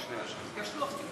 שלוש דקות?